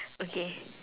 okay